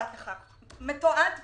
הכול מתועד פה.